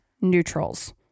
neutrals